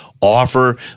Offer